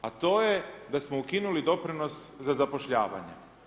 A to je da smo ukinuli doprinos za zapošljavanje.